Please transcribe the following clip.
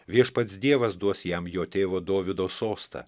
viešpats dievas duos jam jo tėvo dovydo sostą